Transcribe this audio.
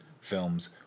films